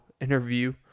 interview